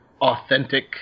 authentic